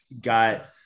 got